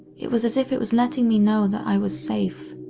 it was as if it was letting me know that i was safe.